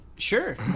Sure